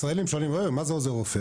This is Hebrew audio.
ישראלים שואלים מה זה עוזר רופא,